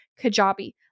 Kajabi